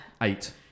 Eight